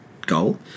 goal